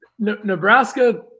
Nebraska